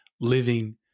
living